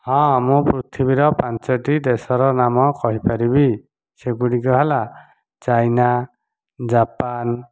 ହଁ ମୁଁ ପୃଥିବୀ ର ପାଞ୍ଚ ଟି ଦେଶ ର ନାମ କହିପାରିବି ସେଗୁଡ଼ିକ ହେଲା ଚାଇନା ଜାପାନ